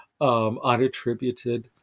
unattributed